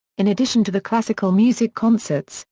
in addition to the classical music concerts,